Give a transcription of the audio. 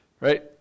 Right